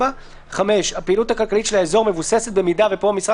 (5) הפעילות הכלכלית של האזור מבוססת במידה" ופה משרד